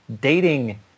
dating